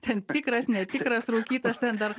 ten tikras netikras rūkytas ten dar